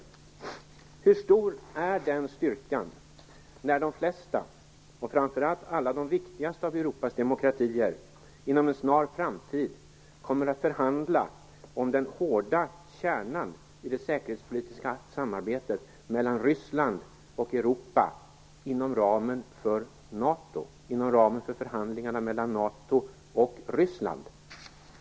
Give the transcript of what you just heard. Jag undrar: Hur stor är den styrkan när de flesta, och framför allt alla de viktigaste, av Europas demokratier inom en snar framtid kommer att förhandla om den hårda kärnan i det säkerhetspolitiska samarbetet mellan Ryssland och Europa inom ramen för förhandlingarna mellan NATO och Ryssland?